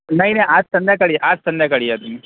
नाही नाही आज संध्याकाळी आज संध्याकाळी या तुम्ही